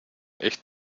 echt